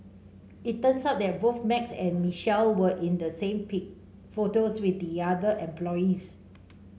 it turns out that both Max and Michelle were in the photos with the other employees